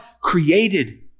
created